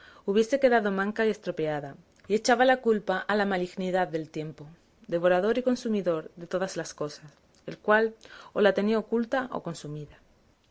hubiese quedado manca y estropeada y echaba la culpa a la malignidad del tiempo devorador y consumidor de todas las cosas el cual o la tenía oculta o consumida